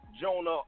Jonah